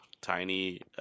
tiny